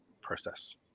process